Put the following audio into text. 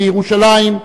לירושלים,